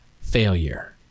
failure